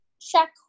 check